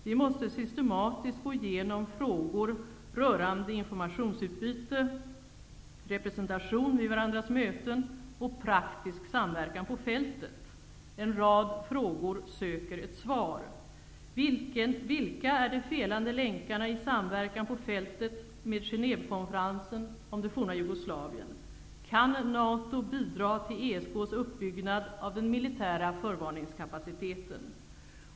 Vi måste systematiskt gå igenom frågor rörande informationsutbyte, representation vid varandras möten och praktisk samverkan på fältet. En rad frågor söker ett svar. Vilka är de felande länkarna i samverkan på fältet med Genèvekonferensen om det forna Jugoslavien? Kan NATO bidra till ESK:s uppbyggnad av den militära förvarningskapaciteten?